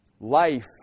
life